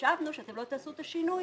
חשבנו שלא תעשו את השינוי